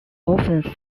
often